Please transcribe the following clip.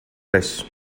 tres